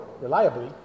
reliably